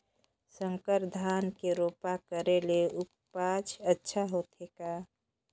संकर धान के रोपा करे ले उपज अच्छा होथे का?